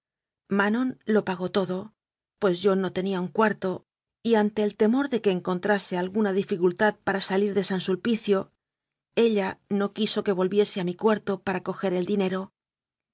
manon lo pagó todo pues yo no tenía un cuarto y ante el temor de que encontrase alguna dificultad para salir de san sulpicio ella no quiso que volviese a mi cuarto para coger el dinero